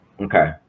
Okay